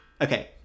Okay